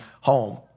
home